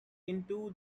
into